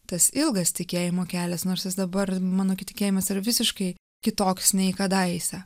tas ilgas tikėjimo kelias nors jis dabar mano tikėjimas yra visiškai kitoks nei kadaise